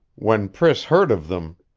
when priss heard of them,